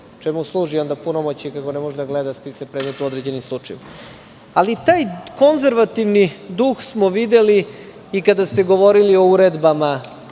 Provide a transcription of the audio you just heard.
Čemu služi onda punomoćnik, ako ne može da gleda spise predmeta u određenim slučajevima? Ali, taj konzervativni duh smo videli i kada ste govorili o uredbama,